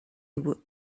were